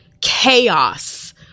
chaos